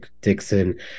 Dixon